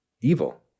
evil